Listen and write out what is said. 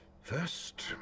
First